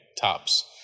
tops